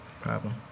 problem